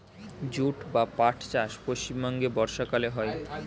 jute বা পাট চাষ পশ্চিমবঙ্গে বর্ষাকালে হয়